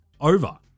over